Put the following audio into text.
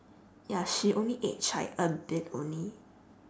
ya she only aged like a bit only